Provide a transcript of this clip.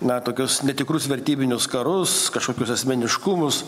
na tokius netikrus vertybinius karus kažkokius asmeniškumus